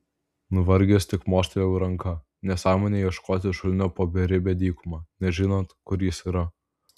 nuvargęs tik mostelėjau ranka nesąmonė ieškoti šulinio po beribę dykumą nežinant kur jis yra